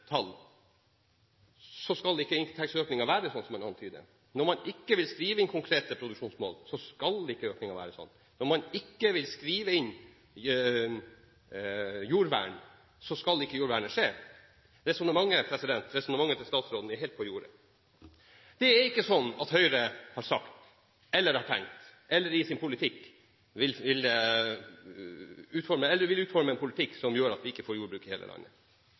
så skal ikke inntektsøkningen være slik som man antyder, at når man ikke vil skrive inn konkrete produksjonsmål, så skal ikke økningen være sånn, at når man ikke vil skrive inn jordvern, så skal man ikke ha jordvern. Resonnementet til statsråden er helt på jordet. Det er ikke sånn at Høyre har sagt eller tenkt at vi vil utforme en politikk som gjør at vi ikke får jordbruk i hele landet.